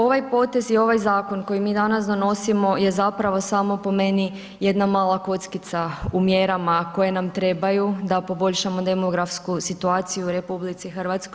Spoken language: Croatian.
Ovaj potez i ovaj zakon koji mi danas donosimo je zapravo samo po meni jedna mala kockica u mjerama koje nam trebaju da poboljšamo demografsku situaciju u RH.